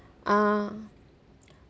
uh